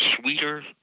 sweeter